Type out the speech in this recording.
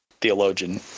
theologian